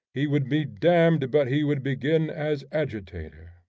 he would be damned but he would begin as agitator.